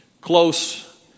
close